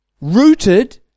Rooted